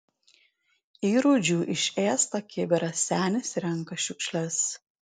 į rūdžių išėstą kibirą senis renka šiukšles